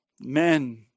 men